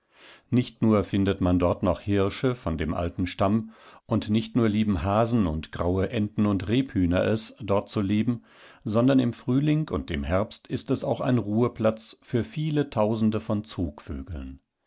nicht nur findet man dort noch hirsche von dem alten stamm und nicht nur lieben hasen und graue enten und rebhühner es dort zu leben sondern im frühling und im herbst ist es auch ein ruheplatz für viele tausendevonzugvögeln